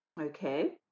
Okay